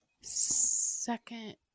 second